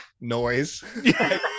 noise